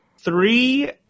three